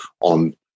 on